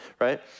Right